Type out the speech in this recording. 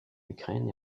ukraine